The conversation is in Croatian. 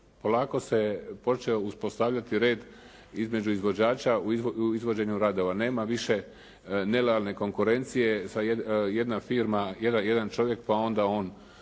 Polako se počeo uspostavljati red između izvođača u izvođenju radova. Nema više nelojalne konkurencije, jedna firma, jedan čovjek pa onda on